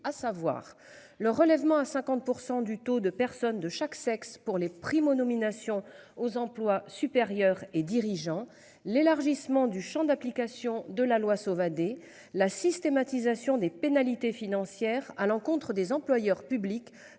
à savoir le relèvement à 50% du taux de personnes de chaque sexe pour les primo-nominations aux emplois supérieurs et dirigeants l'élargissement du Champ d'application de la loi Sauvadet la systématisation des pénalités financières à l'encontre des employeurs publics